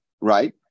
right